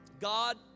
God